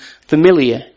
familiar